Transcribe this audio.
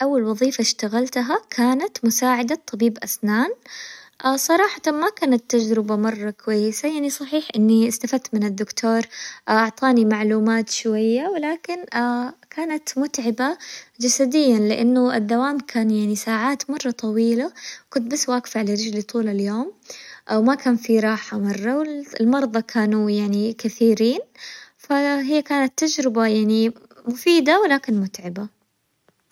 الشي اللي استعمله عشان أعرف آخر الأخبار دائماً ما يكون وسائل التواصل الاجتماعي، لأني صراحة أحسها إنها م- يعني ملمة بكل الأخبار الإيجابية والسلبية وكمان أحب أشوف آراء الناس في ذي الأخبار اللي تطلع، لإنه بتكون متنوعة بعدها كمان أحياناً أستعمل التلفزيون، لكن يعني كان صار قديم فما أستعمله مرة يعني أعتمد بشكل أكثر على وسائل التواصل الاجتماعي.